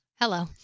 hello